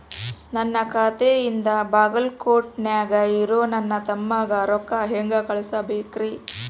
ನನ್ನ ಖಾತೆಯಿಂದ ಬಾಗಲ್ಕೋಟ್ ನ್ಯಾಗ್ ಇರೋ ನನ್ನ ತಮ್ಮಗ ರೊಕ್ಕ ಹೆಂಗ್ ಕಳಸಬೇಕ್ರಿ?